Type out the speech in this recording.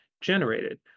generated